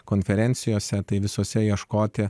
konferencijose tai visose ieškoti